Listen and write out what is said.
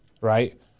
right